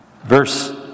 Verse